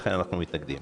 לכן אנחנו מתנגדים.